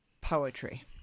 poetry